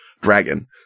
dragon